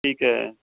ਠੀਕ ਹੈ